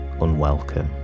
unwelcome